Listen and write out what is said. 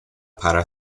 para